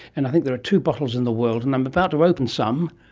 and i think there are two bottles in the world, and i'm about to open some,